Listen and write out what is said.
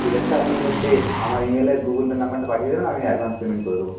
ঠিক আছে আপনি হচ্ছে আমার ই মেলে গুগলপের নাম্বারটা পাঠিয়ে দেবেন আমি অ্যাডভান্স পেমেন্ট করে দেবো